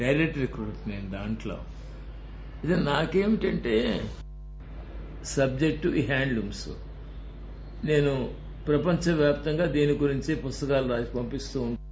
direct recruitment దాంట్లో నాకేమిటంటే subject handlooms నేను ప్రపంచ వ్యాప్తంగా దీని గురంచి పుస్తకాలు రాసీ పంపిస్తూ ఉంటాను